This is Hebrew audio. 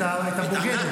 את הבוגדת.